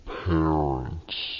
parents